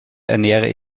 ernähre